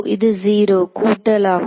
இது 0 கூட்டல் ஆகும்